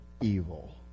evil